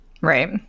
Right